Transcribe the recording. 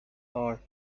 are